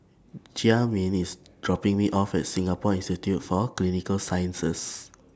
Jamin IS dropping Me off At Singapore Institute For Clinical Sciences